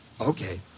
Okay